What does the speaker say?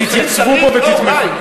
תתייצבו פה ותתמכו.